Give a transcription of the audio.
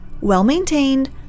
well-maintained